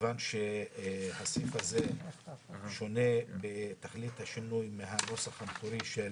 מכיוון שהסעיף הזה שונה בתכלית השינוי מהנוסח המקורי של